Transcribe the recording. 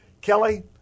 Kelly